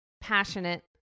passionate